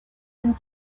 and